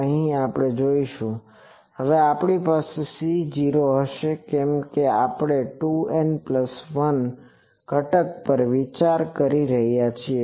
અહીં આપણે જોઈશું કે આપણી પાસે C0 હશે કેમ કે આપણે 2N 1 ઘટક પર વિચાર કરી રહ્યા છીએ